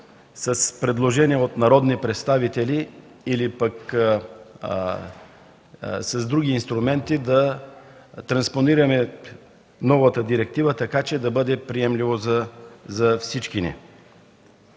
с предложения от народни представители или с други инструменти да транспонираме новата директива, така че да бъде приемливо за всички ни.